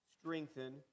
strengthen